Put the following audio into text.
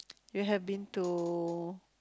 you have been to